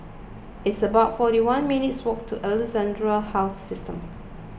it's about forty one minutes' walk to Alexandra Health System